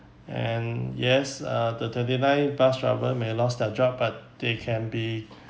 and yes uh the twenty nine bus driver may lost their job but they can be